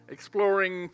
Exploring